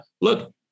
look